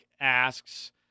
asks